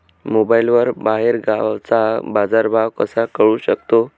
मोबाईलवर बाहेरगावचा बाजारभाव कसा कळू शकतो?